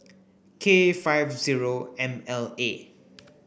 K five zero M L A